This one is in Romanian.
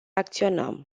acționăm